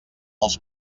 els